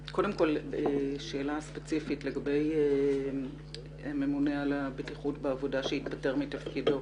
שאלה ספציפית לגבי הממונה על הבטיחות בעבודה שהתפטר מתפקידו